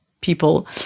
people